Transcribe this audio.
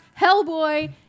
Hellboy